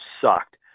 sucked